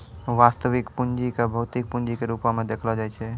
वास्तविक पूंजी क भौतिक पूंजी के रूपो म देखलो जाय छै